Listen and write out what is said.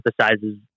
emphasizes